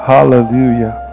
Hallelujah